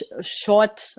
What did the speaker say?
short